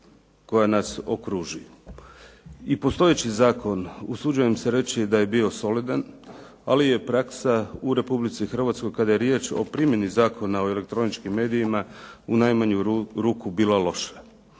koja nas okružuje. I postojeći zakon, usuđujem se reći da je bio solidan, ali je praksa u Republici Hrvatskoj kada je riječ o primjeni Zakona o elektroničkim medijima u najmanju ruku bila loša.